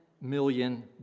million